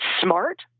smart